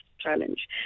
challenge